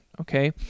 okay